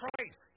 Christ